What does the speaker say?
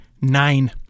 nine